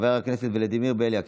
חבר הכנסת ולדימיר בליאק,